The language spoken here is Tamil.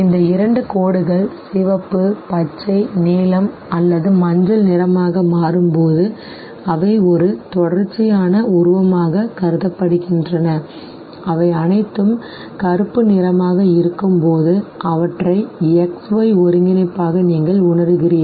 இந்த இரண்டு கோடுகள் சிவப்பு பச்சை நீலம் அல்லது மஞ்சள் நிறமாக மாறும்போது அவை ஒரு தொடர்ச்சியான உருவமாகக் கருதப்படுகின்றன அவை அனைத்தும் கருப்பு நிறமாக இருக்கும்போது அவற்றை XY ஒருங்கிணைப்பாக நீங்கள் உணருகிறீர்கள்